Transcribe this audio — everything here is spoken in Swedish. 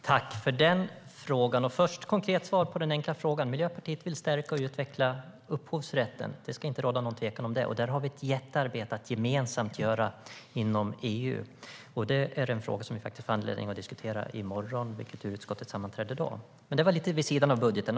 Herr talman! Tack, Roland Utbult, för den frågan! Först ett konkret svar på den enkla frågan: Miljöpartiet vill stärka och utveckla upphovsrätten. Det ska inte råda något tvivel om det. Där har vi ett jättearbete att göra gemensamt inom EU. Det är en fråga som vi faktiskt får anledning att diskutera i morgon vid utskottets sammanträde då. Det var lite vid sidan av budgeten.